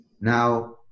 Now